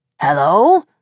Hello